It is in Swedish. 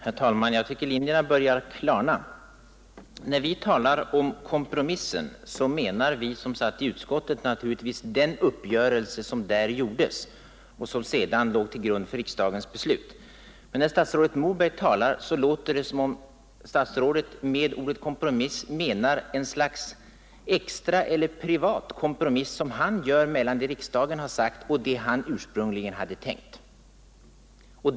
Herr talman! Jag tycker linjerna börjar klarna. När vi talar om kompromissen så menar vi som satt i utskottet givetvis den uppgörelse som där träffades och som sedan låg till grund för riksdagens beslut. Men när statsrådet Moberg talar låter det som om statsrådet med ordet kompromiss menar ett slags privat kompromiss som han gör mellan det riksdagen sagt och det han ursprungligen hade tänkt.